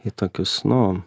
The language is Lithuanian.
į tokius nu